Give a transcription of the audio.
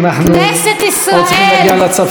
אנחנו עוד צריכים להגיע לצפון.